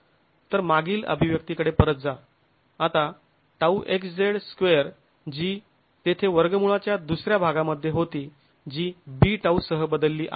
तर मागील अभिव्यक्तीकडे परत जा आता τxz2 जी तेथे वर्गमुळाच्या दुसर्या भागामध्ये होती जी bτ सह बदलली आहे